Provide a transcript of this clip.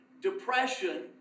depression